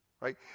right